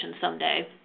someday